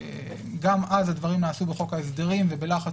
גם אז הדברים נעשו בחוק ההסדרים ובלחץ